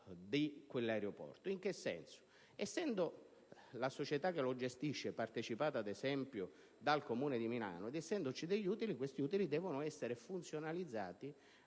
In che senso? Essendo la società che lo gestisce partecipata, ad esempio, dal Comune di Milano ed essendoci degli utili, questi devono essere finalizzati